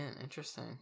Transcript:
interesting